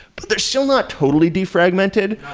but they're still not totally defragmented.